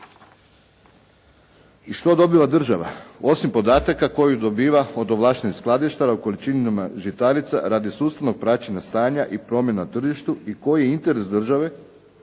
I što dobiva država osim podataka koje dobiva od ovlaštenih skladištara o količinama žitarica radi sustavnog praćenja stanja i promjena na tržištu i koji je interes države